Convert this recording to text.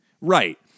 Right